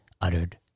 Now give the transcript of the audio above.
uttered